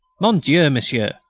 mon dieu, monsieur,